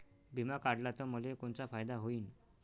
बिमा काढला त मले कोनचा फायदा होईन?